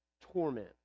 torment